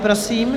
Prosím.